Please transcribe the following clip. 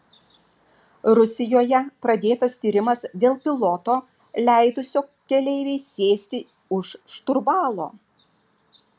rusijoje pradėtas tyrimas dėl piloto leidusio keleivei sėsti už šturvalo